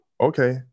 Okay